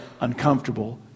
uncomfortable